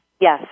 Yes